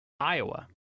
Iowa